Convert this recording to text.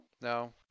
no